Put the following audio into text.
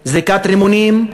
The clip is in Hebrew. זריקת רימונים,